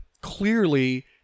Clearly